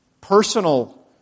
personal